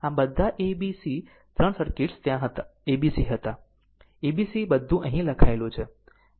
આમ બધા a b c 3 circuits ત્યાં a b c હતા a b c બધું અહીં લખાયેલું છે